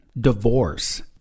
Divorce